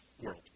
world